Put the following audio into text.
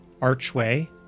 archway